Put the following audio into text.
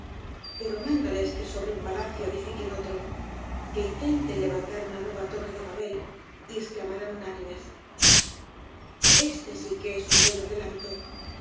pero mándales que sobre un palacio edifiquen otro que intenten levantar una nueva torre de babel y exclamarán unánimes este sí qtte es un bello adelanto